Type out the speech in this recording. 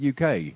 UK